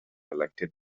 elected